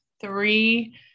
three